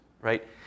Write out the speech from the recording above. right